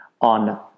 on